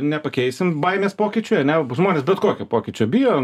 nepakeisim baimės pokyčiui ane žmonės bet kokio pokyčio bijo